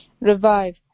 Revive